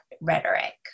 rhetoric